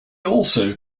also